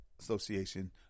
Association